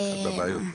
אחת מהבעיות.